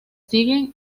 siguen